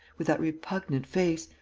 with that repugnant face,